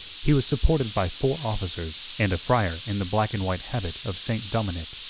he was supported by four officers and a friar in the black and white habit of st. dominic.